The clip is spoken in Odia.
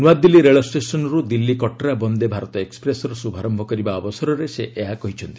ନୂଆଦିଲ୍ଲୀ ରେଳଷ୍ଟେସନ୍ରୁ ଦିଲ୍ଲୀ କଟ୍ରା ବନ୍ଦେ ଭାରତ ଏକ୍ପ୍ରେସ୍ର ଶୁଭାର୍ୟ କରିବା ଅବସରରେ ସେ ଏହା କହିଛନ୍ତି